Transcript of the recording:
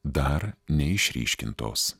dar neišryškintos